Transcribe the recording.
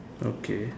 okay